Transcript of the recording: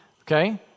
Okay